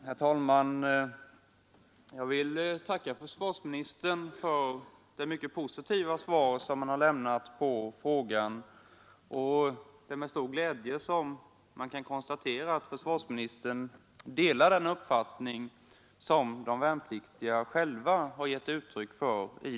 Herr talman! Jag vill tacka försvarsministern för det mycket positiva svar som han har lämnat på min fråga. Det är med stor glädje jag konstaterar att han delar den uppfattning som de värnpliktiga själva gett uttryck för.